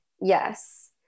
Yes